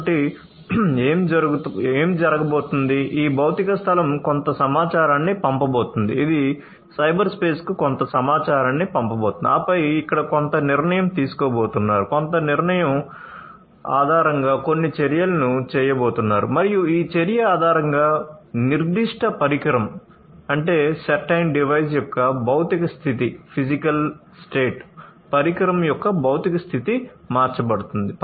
కాబట్టి ఏమి జరగబోతోంది ఈ భౌతిక స్థలం పరికరం యొక్క భౌతిక స్థితి మార్చబడుతుంది